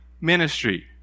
ministry